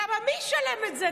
למה, מי ישלם את זה?